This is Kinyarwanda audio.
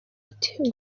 ati